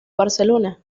barcelona